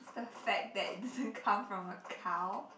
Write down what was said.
the fact that it doesn't come from a cow